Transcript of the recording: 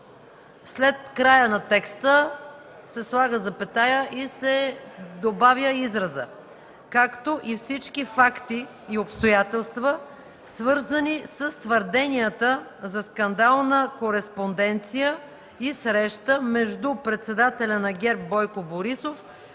след края на текста се слага запетая и се добавя изразът: „както и всички факти и обстоятелства, свързани с твърденията за скандална кореспонденция и среща между председателя на ГЕРБ Бойко Борисов